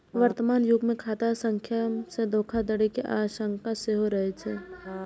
वर्तमान युग मे खाता संख्या सं धोखाधड़ी के आशंका सेहो रहै छै